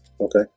Okay